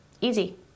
Easy